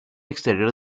exterior